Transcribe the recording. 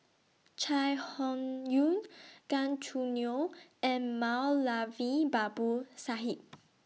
Chai Hon Yoong Gan Choo Neo and Moulavi Babu Sahib